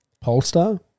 polestar